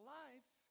life